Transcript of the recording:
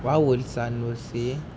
what would sun will say